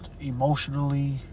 emotionally